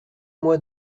moi